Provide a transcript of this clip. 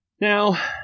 Now